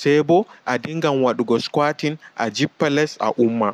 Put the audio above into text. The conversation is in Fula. saiɓo a ɗingan waɗugo squarting a jippa les a umma.